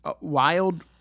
wild